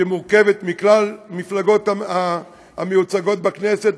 שמורכבת מכלל המפלגות המיוצגות בכנסת,